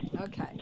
okay